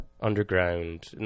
underground